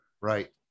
Right